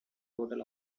total